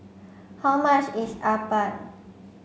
how much is Appam